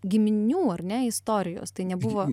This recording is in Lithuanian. giminių ar ne istorijos tai nebuvo